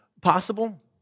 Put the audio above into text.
possible